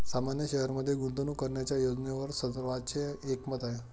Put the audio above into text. सामान्य शेअरमध्ये गुंतवणूक करण्याच्या योजनेवर सर्वांचे एकमत आहे